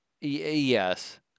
yes